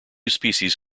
species